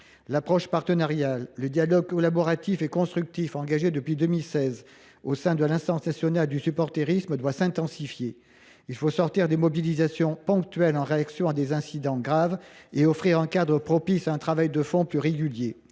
L’approche partenariale, le dialogue collaboratif et constructif engagés depuis 2016 au sein de l’Instance nationale du supportérisme doivent s’intensifier. Il faut rompre avec la logique des mobilisations ponctuelles en réaction à des incidents graves et offrir un cadre propice à un travail de fond plus régulier.